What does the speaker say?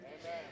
Amen